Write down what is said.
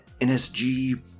NSG